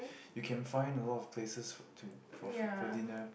you can find a lot of places for to for for dinner